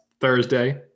Thursday